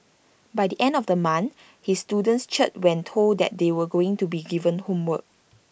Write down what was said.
by the end of the month his students cheered when told that they were going to be given homework